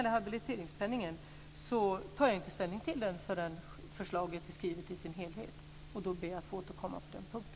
Habiliteringspenningen tar jag inte ställning till förrän förslaget i dess helhet är skrivet, och då ber jag att få återkomma på den punkten.